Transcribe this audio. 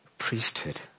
priesthood